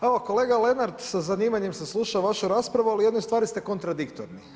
Pa evo kolega Lenart, sa zanimanjem sam slušao vašu raspravu ali u jednoj stvari ste kontradiktorni.